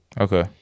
Okay